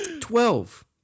Twelve